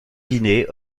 guinée